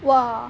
!wah!